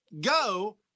go